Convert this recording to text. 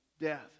death